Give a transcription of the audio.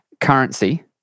currency